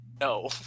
No